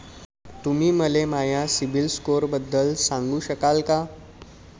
तुम्ही मले माया सीबील स्कोअरबद्दल सांगू शकाल का?